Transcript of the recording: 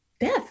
death